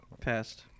Passed